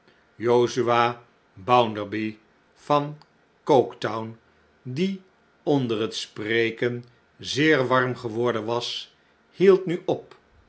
bounderby van coketown die onder het sprekenzeer warm geworden was hield nu op